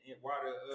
water